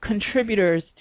contributors